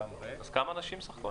אז כמה אנשים סך הכול?